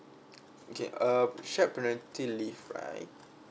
okay uh shared paternity leave right